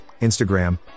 Instagram